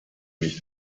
nicht